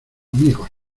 amigos